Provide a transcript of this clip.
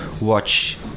watch